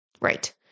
Right